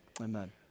Amen